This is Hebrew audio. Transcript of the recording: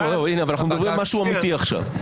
אנחנו מדברים על משהו אמיתי עכשיו,